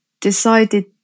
decided